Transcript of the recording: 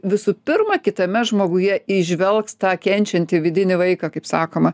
visų pirma kitame žmoguje įžvelgs tą kenčiantį vidinį vaiką kaip sakoma